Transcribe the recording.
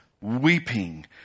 weeping